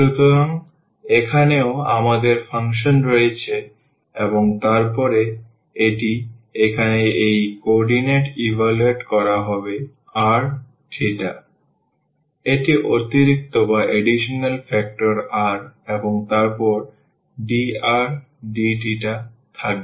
সুতরাং এখানেও আমাদের ফাংশন রয়েছে এবং তারপরে এটি এখানে এই কোঅর্ডিনেট ইভালুয়েট করা হবে r θ এবং অতিরিক্ত ফ্যাক্টর r এবং তারপরে dr dθথাকবে